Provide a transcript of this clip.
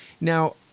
Now